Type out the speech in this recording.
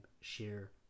share